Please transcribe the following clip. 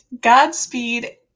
Godspeed